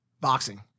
boxing